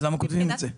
אז למה כותבים את זה?